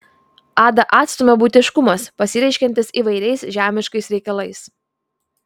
adą atstumia buitiškumas pasireiškiantis įvairiais žemiškais reikalais